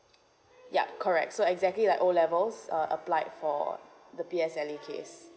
ya correct so exactly like O levels uh applied for the P_L_S_E case